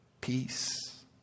peace